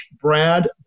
brad